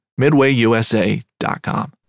MidwayUSA.com